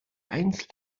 einzeln